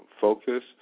focus